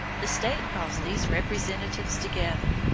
the state calls these representatives together,